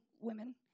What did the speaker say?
women